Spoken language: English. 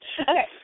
Okay